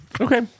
Okay